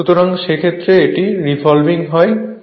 সুতরাং সেই ক্ষেত্রে এটি রিভলভিং হয়